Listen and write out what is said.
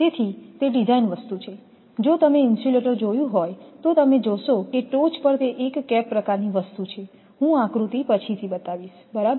તેથી તે ડિઝાઇન વસ્તુ છે જો તમે ઇન્સ્યુલેટર જોયું હોય તો તમે જોશો કે ટોચ પર તે એક કેપ પ્રકારની વસ્તુ છે હું આકૃતિ પછીથી બતાવીશ બરાબર